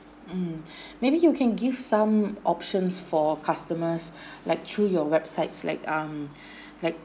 um maybe you can give some options for customers like through your websites like um like